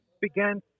began